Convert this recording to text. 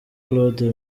claude